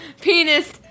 Penis